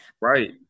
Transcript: Right